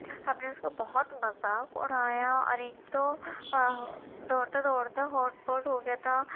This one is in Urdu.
ہم نے اس کا بہت مذاق اڑایا اور ایک تو دوڑتے دوڑتے ہوٹ پوٹ ہو گیا تھا